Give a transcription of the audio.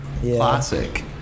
Classic